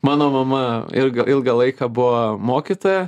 mano mama irgi ilgą laiką buvo mokytoja